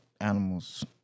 animals